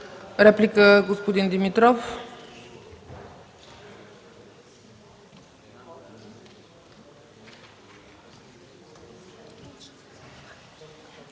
Реплика – господин Димитров.